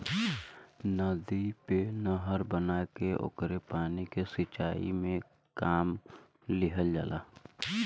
नदी पे नहर बना के ओकरे पानी के सिंचाई में काम लिहल जाला